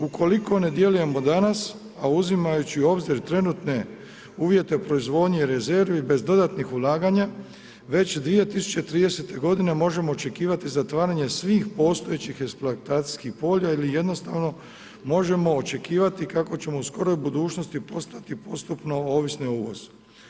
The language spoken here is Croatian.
Ukoliko ne djelujemo danas, a uzimajući u obzir trenutne uvjete o proizvodnji i rezervi bez dodatnih ulaganja, već 2030. godine možemo očekivati zatvaranje svih postojeći eksploatacijskih polja ili jednostavno možemo očekivati kako ćemo u skoroj budućnosti postati postupno ovisni o uvozu.